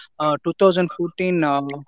2014